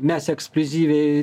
mes ekskliuzyviai